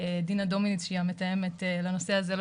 דינה דומיניץ שהיא המתאמת לנושא הזה לא